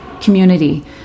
community